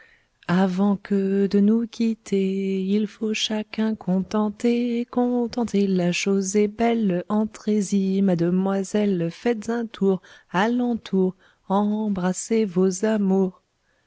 avant que de nous quitter il faut chacun contenter contentez la chose est belle entrez-y mademoiselle faites un tour a l'entour embrassez vos amours